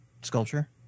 sculpture